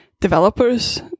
developers